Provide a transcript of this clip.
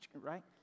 right